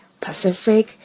Pacific